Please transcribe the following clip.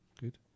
Good